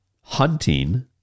hunting